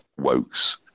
Wokes